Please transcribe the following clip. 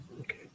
Okay